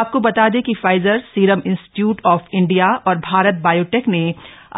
आपको बता दें कि Pfizer serum institute of India और भारत बायोटेक ने